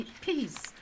peace